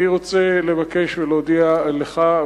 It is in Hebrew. אני רוצה לבקש ולהודיע לך,